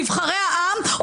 נבחרי העם,